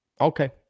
Okay